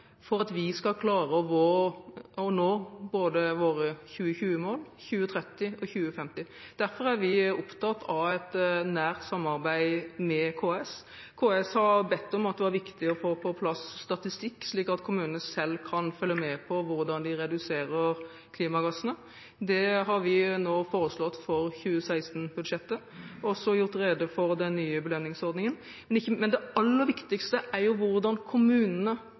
for at vi skal klare å nå både våre 2020-, 2030- og 2050-mål. Derfor er vi opptatt av et nært samarbeid med KS. KS har sagt at det var viktig å få på plass statistikk, slik at kommunene selv kan følge med på hvordan de reduserer klimagassene. Det har vi nå foreslått i 2016-budsjettet, og også gjort rede for den nye belønningsordningen. Men det aller viktigste er jo hvordan kommunene